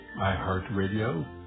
iHeartRadio